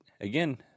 Again